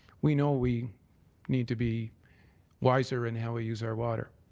we know we need to be wiser in how we use our water,